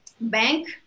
bank